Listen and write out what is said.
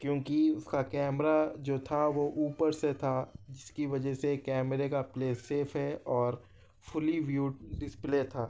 کیوں کہ اس کا کیمرا جو تھا وہ اوپر سے تھا جس کی وجہ سے کیمرے کا پلے سیف ہے اور فلی ویو ڈسپلے تھا